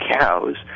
cows